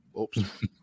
Oops